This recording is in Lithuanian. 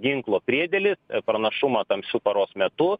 be ginklo priedėlis pranašumą tamsiu paros metu